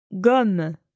gomme